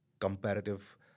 comparative